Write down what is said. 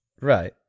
Right